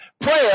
Prayer